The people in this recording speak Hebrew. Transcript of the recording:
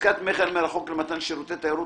בעסקת מכר מרחוק למתן שירותי תיירות